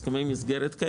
הסכמי מסגרת,